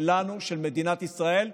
של מדינת ישראל,